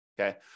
okay